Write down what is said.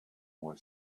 while